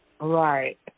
Right